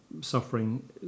suffering